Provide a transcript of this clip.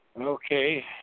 Okay